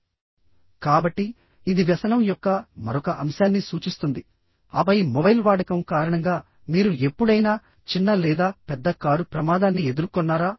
కాబట్టి ఇది వ్యసనం యొక్క మరొక అంశాన్ని సూచిస్తుంది ఆపై మొబైల్ వాడకం కారణంగా మీరు ఎప్పుడైనా చిన్న లేదా పెద్ద కారు ప్రమాదాన్ని ఎదుర్కొన్నారా